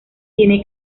tiene